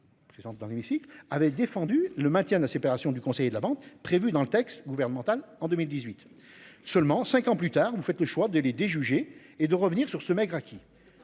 présente dans l'hémicycle, avait défendu le maintien de la séparation du conseiller de la vente, prévue dans le texte gouvernemental en 2018 seulement 5 ans plus tard, vous faites le choix de les déjuger et de revenir sur ce maigre acquis.